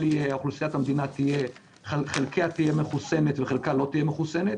שאוכלוסיית המדינה חלקה תהיה מחוסנת וחלקה לא תהיה מחוסנת,